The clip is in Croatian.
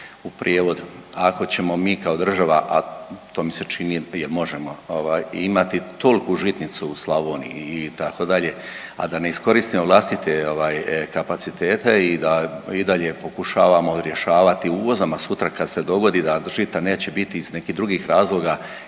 U prijevod, ako ćemo mi kao država, a to mi se čini jer možemo imati toliku žitnicu u Slavoniji, itd., a da ne iskoristimo vlastite ovaj kapacitete i da i dalje pokušavamo rješavati uvozom, a sutra kad se dogodi da žita neće biti iz nekih drugih razloga,